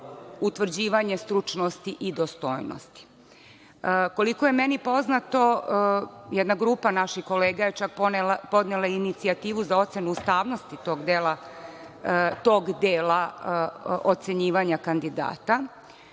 utvrđivanje stručnosti i dostojnosti. Koliko je meni poznato, jedna grupa naših kolega je čak podnela inicijativu za ocenu ustavnosti tog dela ocenjivanja kandidata.